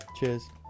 Cheers